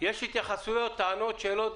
להקליט את ההצעות להבא ולהעביר אותן אלינו.